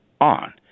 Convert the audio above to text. on